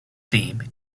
theme